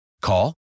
Call